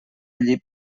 allí